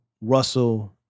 Russell